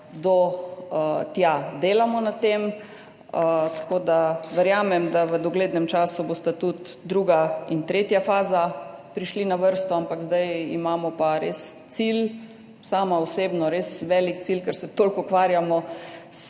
do tja. Delamo na tem, tako da verjamem, da bosta v doglednem času tudi druga in tretja faza prišli na vrsto. Ampak zdaj imamo pa res cilj, sama osebno res velik cilj, ker se toliko ukvarjamo s